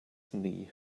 knee